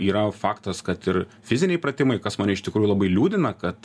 yra faktas kad ir fiziniai pratimai kas mane iš tikrųjų labai liūdina kad